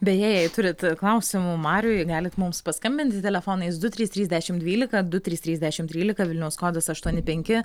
beje jei turit klausimų mariui galit mums paskambint telefonais du trys trys dešimt dvylika du trys trys dešimt trylika vilniaus kodas aštuoni penki